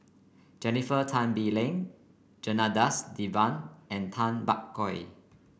Jennifer Tan Bee Leng Janadas Devan and Tay Bak Koi